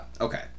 Okay